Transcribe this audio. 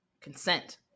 Consent